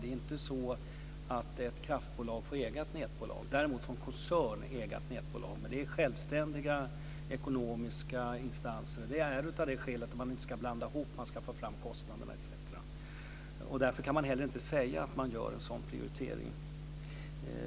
Det är inte så att ett kraftbolag får äga ett nätbolag. Däremot får en koncern äga ett nätbolag. Men de är självständiga ekonomiska instanser. Skälet är att man inte ska göra en sammanblandning när man tar fram kostnaderna etc. Därför kan man heller inte säga att man gör en sådan prioritering.